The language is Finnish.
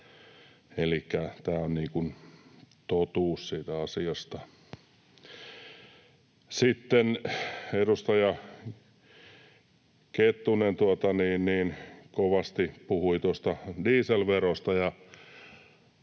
Elikkä tämä on totuus siitä asiasta. Sitten edustaja Kettunen kovasti puhui tuosta dieselverosta.